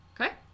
Okay